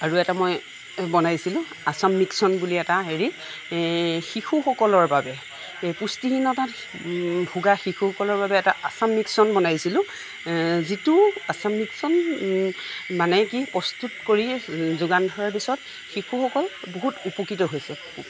আৰু এটা মই বনাইছিলোঁ আসাম মিক্সন বুলি এটা হেৰি শিশুসকলৰ বাবে পুষ্টিহীনতাত ভোগা শিশুসকলৰ বাবে এটা আসাম মিক্সন বনাইছিলোঁ যিটো আসাম মিক্সন মানে কি প্ৰস্তুত কৰি যোগান ধৰাৰ পিছত শিশুসকল বহুত উপকৃত হৈছে